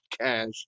cash